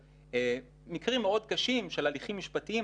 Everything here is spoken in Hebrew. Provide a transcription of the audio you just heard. אלה מקרים מאוד קשים של הליכים מאוד קשים,